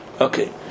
Okay